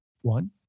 One